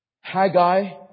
Haggai